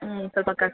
ಹ್ಞೂ ಸ್ವಲ್ಪ ಕ